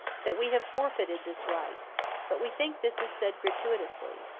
that we have forfeited this right but we think this is said gratuitously.